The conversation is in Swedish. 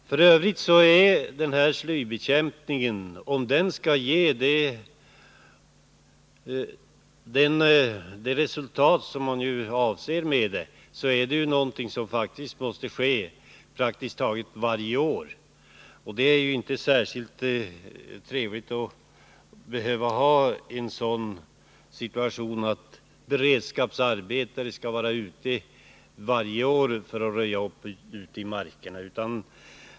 Om slybekämpning skall ge avsett resultat måste sådan tillgripas praktiskt taget varje år. Det är ju inte särskilt trevligt med en situation där beredskapsarbetare varje år skall vara ute och röja i markerna.